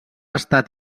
estat